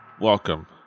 Welcome